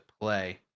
play